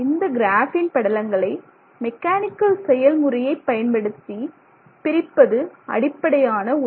இந்த கிராபின் படலங்களை மெக்கானிக்கல் செயல் முறையை பயன்படுத்தி பிரிப்பது அடிப்படையான ஒன்று